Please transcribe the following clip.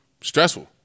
stressful